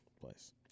place